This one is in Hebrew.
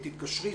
תתקשרי,